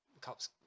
Cops